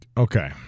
Okay